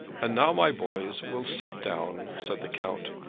and now, my boys, we'll set down, said the count.